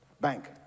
Bank